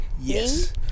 yes